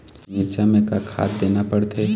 मिरचा मे का खाद देना पड़थे?